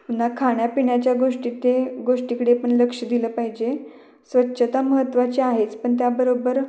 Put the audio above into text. पुन्हा खाण्यापिण्याच्या गोष्टी ते गोष्टीकडे पण लक्ष दिलं पाहिजे स्वच्छता महत्त्वाची आहेच पण त्याबरोबर